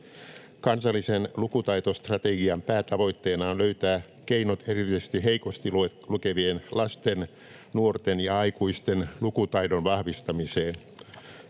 Kansallisen lukutaitostrategian päätavoitteena on löytää keinot erityisesti heikosti lukevien lasten, nuorten ja aikuisten lukutaidon vahvistamiseen.